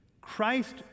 Christ